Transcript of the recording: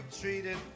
treated